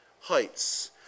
heights